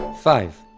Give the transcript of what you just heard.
five.